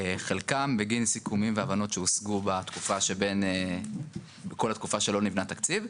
חלקם בגין סיכומים והבנות שהושגו בכל התקופה שלא נבנה תקציב,